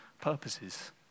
purposes